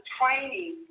training